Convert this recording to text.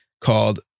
called